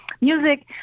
music